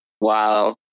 Wow